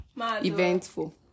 eventful